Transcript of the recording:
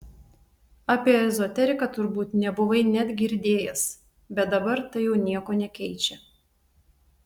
apie ezoteriką turbūt nebuvai net girdėjęs bet dabar tai jau nieko nekeičia